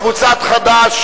הסתייגות קבוצת חד"ש,